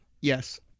Yes